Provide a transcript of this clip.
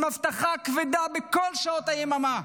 עם אבטחה כבדה בכל שעות היממה,